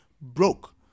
broke